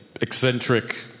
eccentric